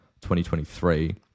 2023